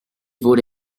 wurde